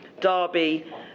Derby